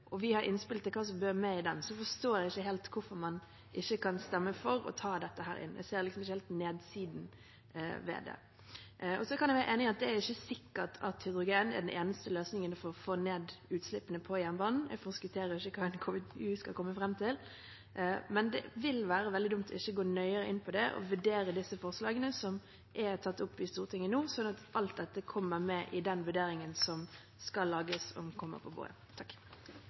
og vi har innspill til hva som bør med i den, forstår jeg ikke helt hvorfor man ikke kan stemme for å ta dette inn. Jeg ser liksom ikke helt nedsiden ved det. Jeg kan være enig i at det er ikke sikkert at hydrogen er den eneste løsningen for å få ned utslippene på jernbanen. Jeg forskutterer ikke hva en KVU skal komme fram til. Men det vil være veldig dumt ikke å gå nøyere inn på det og vurdere de forslagene som er tatt opp i Stortinget nå, slik at alt dette kommer med i den vurderingen som skal gjøres, og som kommer på